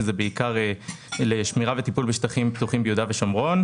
שזה בעיקר לשמירה וטיפול בשטחים פתוחים ביהודה ושומרון.